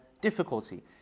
difficulty